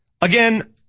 Again